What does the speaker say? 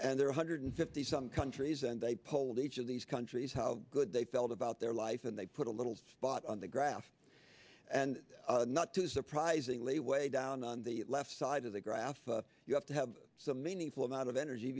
and there one hundred fifty some countries and they polled each of these countries how good they felt about their life and they put a little spot on the graph and not too surprisingly way down on the left side of the graph you have to have some meaningful amount of energy